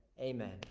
Amen